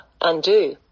undo